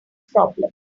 problem